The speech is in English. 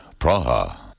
Praha